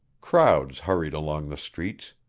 crowds hurried along the streets,